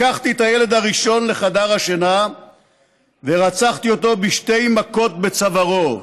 לקחתי את הילד הראשון לחדר השינה ורצחתי אותו בשתי מכות בצווארו.